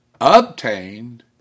obtained